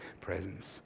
presence